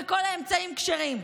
וכל האמצעים כשרים.